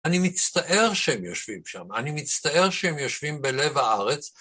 אני מצטער שהם יושבים שם, אני מצטער שהם יושבים בלב הארץ.